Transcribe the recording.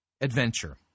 adventure